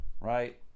Right